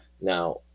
Now